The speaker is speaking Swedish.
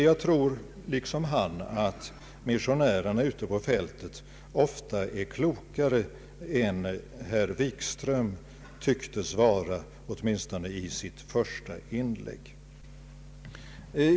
Jag tror liksom han att missionärerna ute på fältet ofta är klokare än herr Wikström tycktes vara åtminstone i sitt första inlägg.